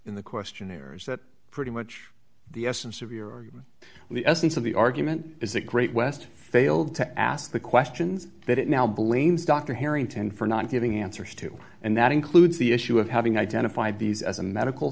in the questionnaires that pretty much the essence of your the essence of the argument is the great west failed to ask the questions that it now blames dr harrington for not giving answers to and that includes the issue of having identified these as a medical